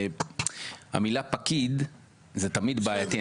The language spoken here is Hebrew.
המילה פקיד זה תמיד בעייתי.